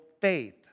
faith